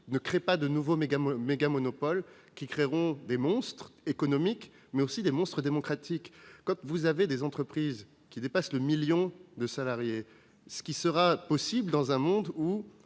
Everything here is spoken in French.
ne crée pas de nouveaux mégamonopoles qui engendreront des monstres économiques, mais aussi des monstres démocratiques ? Quand certaines entreprises dépasseront le million de salariés, ce qui sera possible dans un monde où